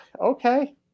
okay